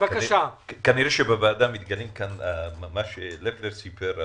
כנראה שהוועדה מתגלה מה שלפלר סיפר,